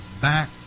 back